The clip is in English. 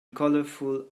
colorful